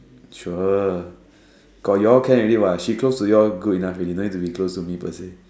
sure got you all can already what she is close to you'all good enough already don't need to be close to me purposely